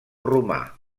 romà